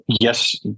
yes